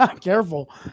careful